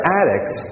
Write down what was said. addicts